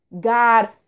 God